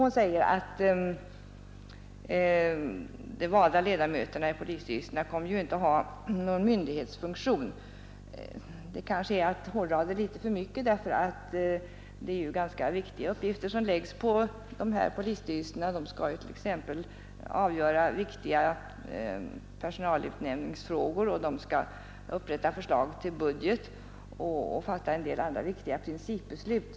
Hon säger att de valda ledamöterna i polisstyrelserna inte kommer att ha någon myndighetsfunktion. Det är kanske att hårdra resonemanget litet för mycket, eftersom det läggs ganska viktiga uppgifter på dessa polisstyrelser. De skall t.ex. avgöra viktiga personalutnämningsfrågor, upprätta förslag till budget och även fatta en del andra viktiga principbeslut.